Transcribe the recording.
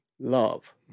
love